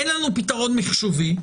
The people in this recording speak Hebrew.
אין לנו פתרון מחשובי,